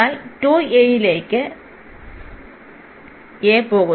അതിനാൽ 2a യിലേക്ക് a